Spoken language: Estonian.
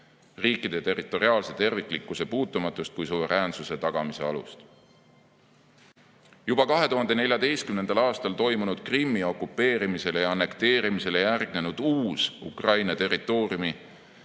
riikide territoriaalse terviklikkuse puutumatust kui suveräänsuse tagamise alust. Juba 2014. aastal toimunud Krimmi okupeerimisele ja annekteerimisele järgnenud uus Ukraina maade